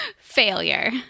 Failure